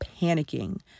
panicking